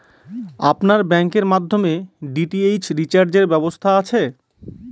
আপনার ব্যাংকের মাধ্যমে ডি.টি.এইচ রিচার্জের ব্যবস্থা আছে?